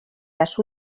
las